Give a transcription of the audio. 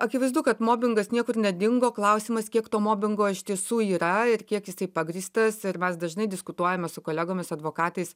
akivaizdu kad mobingas niekur nedingo klausimas kiek to mobingo iš tiesų yra ir kiek jisai pagrįstas ir mes dažnai diskutuojame su kolegomis advokatais